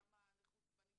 כמה נכות זמנית,